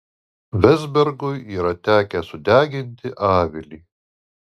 vezbergui yra tekę sudeginti avilį